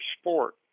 sport